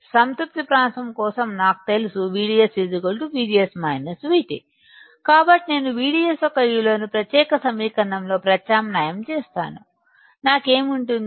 సంతృప్త ప్రాంతం కోసం నాకు తెలుసు VDS VGS VT కాబట్టి నేను VDS యొక్క ఈ విలువను ఈ ప్రత్యేక సమీకరణం లో ప్రత్యామ్నాయం చేస్తాను నాకు ఏమి ఉంటుంది